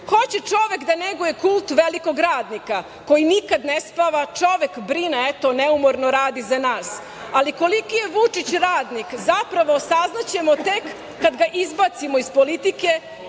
čovek da neguje kult velikog radnika koji nikad ne spava, čovek brine, neumorno radi za nas, ali koliki je Vučić radnik zapravo saznaćemo tek kada ga izbacimo iz politike,